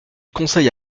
conseille